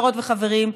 חברות וחברים,